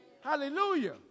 Hallelujah